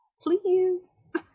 Please